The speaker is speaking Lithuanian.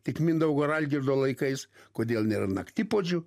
tik mindaugo ir algirdo laikais kodėl nėra naktipuodžių